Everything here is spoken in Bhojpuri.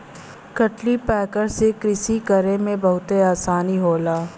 कल्टीपैकर से कृषि करे में बहुते आसानी होला